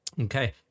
Okay